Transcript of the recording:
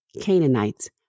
Canaanites